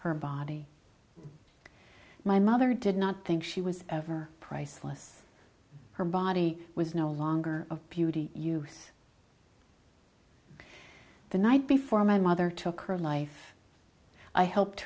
her body my mother did not think she was over priceless her body was no longer of beauty use the night before my mother took her life i helped